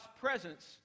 presence